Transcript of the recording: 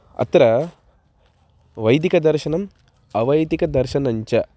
अत्र वैदिकदर्शनम् अवैदिकदर्शनञ्च